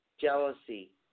Jealousy